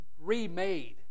remade